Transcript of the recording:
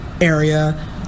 area